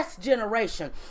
generation